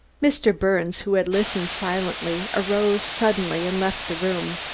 mr. birnes, who had listened silently, arose suddenly and left the room.